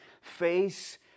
face